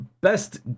Best